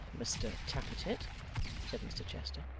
mr tappertit said mr chester,